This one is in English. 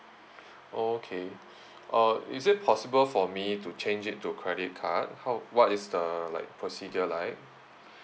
oh okay uh is it possible for me to change it to credit card how what is the like procedure Iike